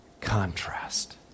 contrast